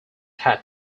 had